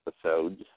episodes